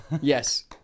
yes